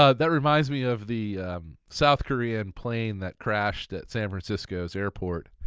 ah that reminds me of the south korean plane that crashed at san francisco's airport.